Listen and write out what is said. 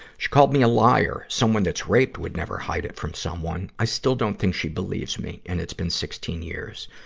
she called me a liar. someone that's raped would never hide it from someone. i still don't think she believes me, me, and it's been sixteen years.